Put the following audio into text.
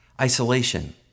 isolation